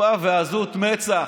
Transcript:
חוצפה ועזות מצח.